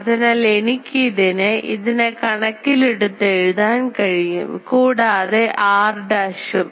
അതിനാൽ എനിക്ക് ഇതിനെ അതിനെ കണക്കിലെടുത്ത് എഴുതാൻ കഴിയും കൂടാതെ r dash ഉം